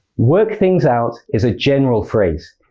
work things out is a general phrase,